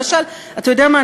למשל, אתה יודע מה?